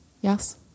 yes